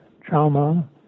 trauma